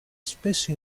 spesso